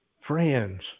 Friends